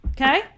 okay